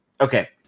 okay